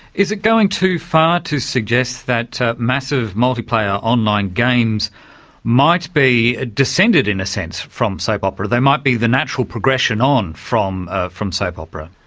is it going too far to suggest that massive multiplayer online games might be descended, in a sense, from soap opera? they might be the natural progression on from ah from soap opera.